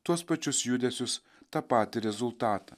tuos pačius judesius tą patį rezultatą